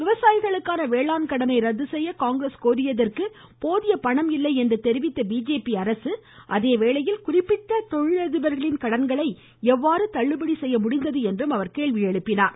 விவசாயிகளுக்கான வேளாண் கடனை ரத்து செய்ய காங்கிரஸ் கோரியதற்கு போதிய பணம் இல்லை என்று தெரிவித்த பிஜேபி அரசு அதே வேளையில் குறிப்பிட்ட தொழிலதிபர்களின் கடன்களை எவ்வாறு தள்ளுபடி செய்ய முடிந்தது என்று கேள்வி எழுப்பினார்